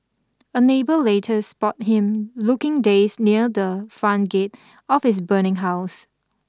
a neighbour later spot him looking dazed near the front gate of his burning house